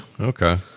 Okay